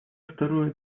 второе